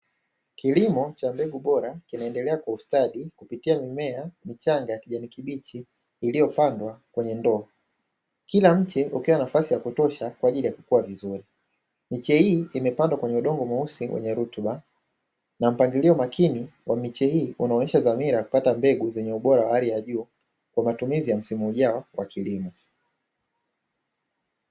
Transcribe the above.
Kilimo cha mbegu bora kinaendelea kwa ustadi kwa kupitia mimea michanga ya kijani kibichi, iliyopandwa kwenye ndoo. Kila mche ukiwa na nafasi ya kutosha kwa ajili ya kukua vizuri. Miche hii imepandwa kwenye udongo mweusi wenye rutuba, na mpangilio makini wa miche hii unaonesha dhamira ya kupata mbegu zenye ubora wa hali ya juu kwa matumizi wa msimu ujao wa kilimo.